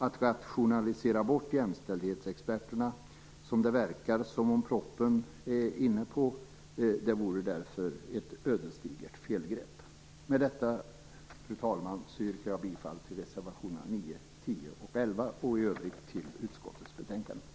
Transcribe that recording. Att rationalisera bort jämställdhetsexperterna - en tanke som verkar finnas i propositionen - vore därför ett ödesdigert felgrepp. Med detta, fru talman, yrkar jag bifall till reservationerna 9, 10 och 11 och i övrigt till utskottets hemställan.